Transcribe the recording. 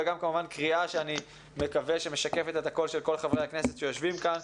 וגם כמובן קריאה שאני מקווה שמשקפת את הקול של חברי הכנסת שיושבים כאן.